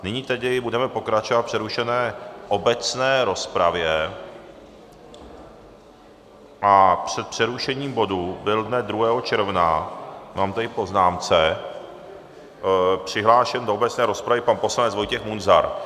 Nyní tedy budeme pokračovat v přerušené obecné rozpravě a před přerušením bodu byl dne 2. června, mám tady v poznámce, přihlášen do obecné rozpravy pan poslanec Vojtěch Munzar.